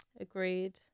Agreed